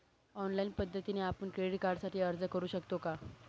Online पद्धतीने आपण credit कार्डसाठी अर्ज करु शकतो का?